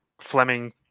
Fleming